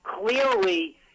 clearly